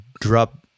drop